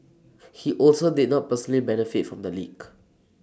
he also did not personally benefit from the leak